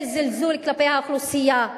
של זלזול כלפי האוכלוסייה,